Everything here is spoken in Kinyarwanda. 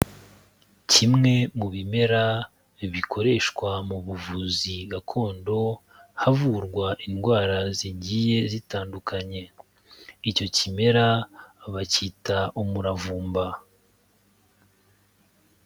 Kimwe mu bimera bikoreshwa mu buvuzi gakondo, havurwa indwara zigiye zitandukanye. Icyo kimera bacyita umuravumba.